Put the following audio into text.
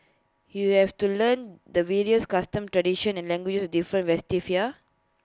you have to learn the various customs tradition and languages different festivals here